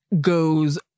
goes